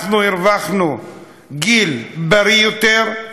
אנחנו הרווחנו גיל בריא יותר,